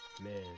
Man